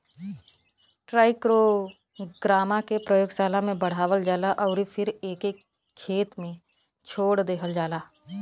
trichogramma के प्रयोगशाला में बढ़ावल जाला अउरी फिर एके खेत में छोड़ देहल जाला